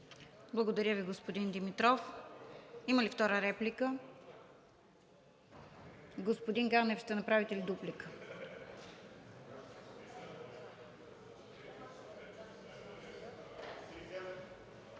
Благодаря Ви, господин Димитров. Има ли втора реплика? Господин Ганев, ще направите ли дуплика?